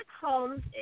homes